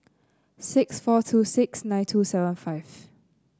six four two six nine two seven five